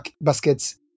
baskets